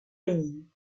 lénine